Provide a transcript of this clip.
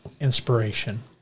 inspiration